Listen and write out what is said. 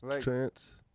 Trance